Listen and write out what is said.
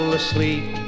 asleep